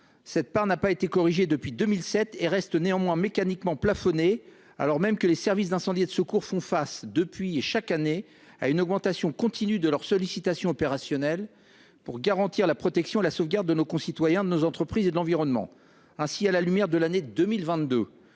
cette part n'a pas été corrigée depuis 2007 et reste néanmoins mécaniquement plafonnée, alors même que les services d'incendie et de secours font face, chaque année, à une augmentation continue de leur sollicitation opérationnelle pour garantir la protection et la sauvegarde de nos concitoyens, de nos entreprises et de l'environnement. Ainsi, à la lumière de l'année 2022,